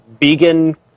Vegan